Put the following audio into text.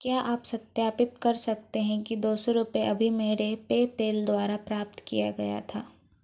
क्या आप सत्यापित कर सकते हैं कि दो सौ रुपये अभी मेरे पेपैल द्वारा प्राप्त किया गया था